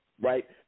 right